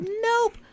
Nope